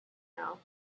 now